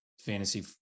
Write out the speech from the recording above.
fantasy